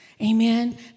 Amen